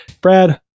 Brad